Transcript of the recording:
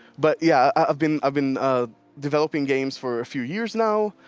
but yeah, i've been i've been developing games for a few years now.